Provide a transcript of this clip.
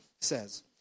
says